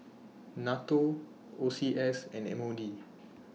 NATO O C S and M O D